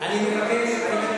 איזה נביא אמר את זה?